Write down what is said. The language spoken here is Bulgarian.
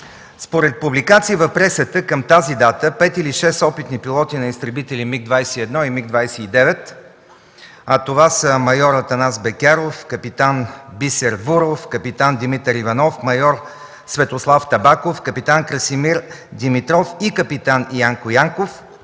Според публикации в пресата към тази дата пет или шест опитни пилоти на изтребители МиГ-21 и МиГ-29, а това са майор Атанас Бекяров, кап. Бисер Вуров, кап. Димитър Иванов, майор Светослав Табаков, кап. Красимир Димитров и кап. Янко Янков,